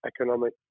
economic